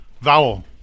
Vowel